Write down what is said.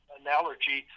analogy